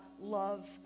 love